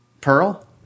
Pearl